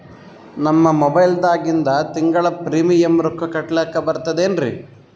ನಮ್ಮ ಮೊಬೈಲದಾಗಿಂದ ತಿಂಗಳ ಪ್ರೀಮಿಯಂ ರೊಕ್ಕ ಕಟ್ಲಕ್ಕ ಬರ್ತದೇನ್ರಿ?